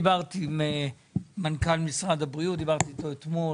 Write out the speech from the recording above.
דיברתי עם מנכ"ל משרד הבריאות אתמול,